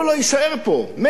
מילא, את יודעת מה?